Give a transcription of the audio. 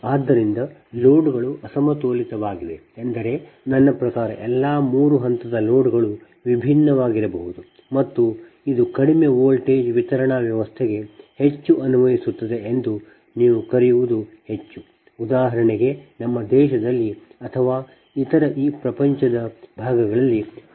ಆದ್ದರಿಂದ ಲೋಡ್ಗಳು ಅಸಮತೋಲಿತವಾಗಿದೆ ಎಂದರೆ ನನ್ನ ಪ್ರಕಾರ ಎಲ್ಲಾ ಮೂರು ಹಂತದ ಲೋಡ್ಗಳು ವಿಭಿನ್ನವಾಗಿರಬಹುದು ಮತ್ತು ಇದು ನಿಮ್ಮ ಕಡಿಮೆ ವೋಲ್ಟೇಜ್ ವಿತರಣಾ ವ್ಯವಸ್ಥೆಗೆ ಹೆಚ್ಚು ಅನ್ವಯಿಸುತ್ತದೆ ಎಂದು ನೀವು ಕರೆಯುವದು ಹೆಚ್ಚು ಉದಾಹರಣೆಗೆ ನಮ್ಮ ದೇಶದಲ್ಲಿ ಅಥವಾ ಇತರ ಈ ಪ್ರಪಂಚದ ಭಾಗಗಳಲ್ಲಿ 11 ಕೆವಿ ವಿತರಣಾ ವ್ಯವಸ್ಥೆ ಇದೆ